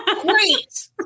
Great